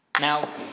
Now